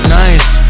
nice